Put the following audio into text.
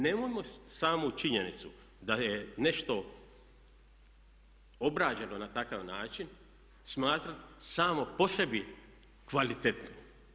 Nemojmo samu činjenicu da je nešto obrađeno na takav način smatrati samo po sebi kvalitetnim.